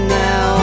now